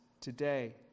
today